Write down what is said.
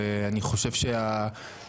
ואני חושב שהתגובה,